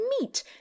meat